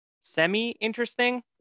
semi-interesting